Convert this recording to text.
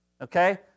okay